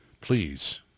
please